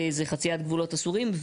וזה חציית גבולות אסורים.